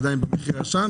עדיין במחיר הישן,